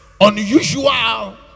unusual